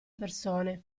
persone